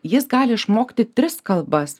jis gali išmokti tris kalbas